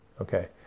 Okay